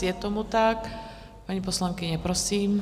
Je tomu tak, paní poslankyně, prosím.